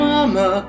Mama